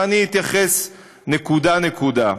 אני אתייחס נקודה-נקודה.